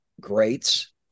greats